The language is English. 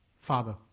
father